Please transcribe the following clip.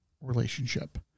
relationship